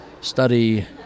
study